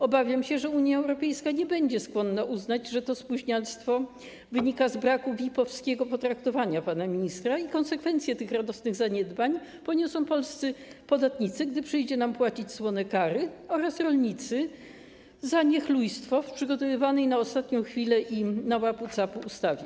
Obawiam się, że Unia Europejska nie będzie skłonna uznać, że to spóźnialstwo wynika z braku VIP-owskiego potraktowania pana ministra, i konsekwencje tych radosnych zaniedbań poniosą polscy podatnicy, gdy przyjdzie nam płacić słone kary, oraz rolnicy - z powodu niechlujstwa w przygotowywanej na ostatnią chwilę i na łapu-capu ustawie.